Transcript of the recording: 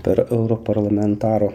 per europarlamentaro